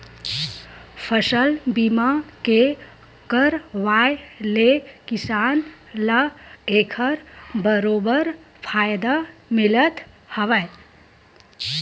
फसल बीमा के करवाय ले किसान ल एखर बरोबर फायदा मिलथ हावय